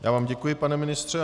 Já vám děkuji, pane ministře.